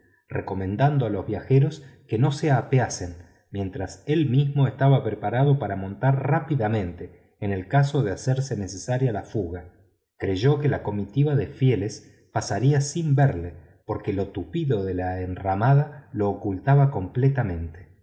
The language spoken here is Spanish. recomendando a los viajeros que no se apeasen mientras él mismo estaba preparado para montar rápidamente en caso de hacerse necesaria la fuga creyó que la comitiva de fieles pasaría sin verlo porque lo tupido de la enramada lo ocultaba completamente